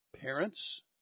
parents